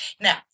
Now